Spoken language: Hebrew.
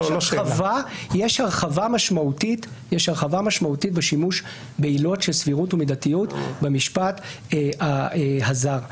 יש הרחבה משמעותית בשימוש בעילות של סבירות ומידתיות במשפט הזר.